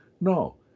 No